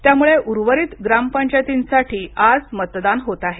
त्यामुळे उर्वरित ग्रामपंचायतींसाठी आज मतदान होत आहे